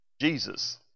Jesus